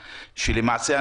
למעשה,